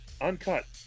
uncut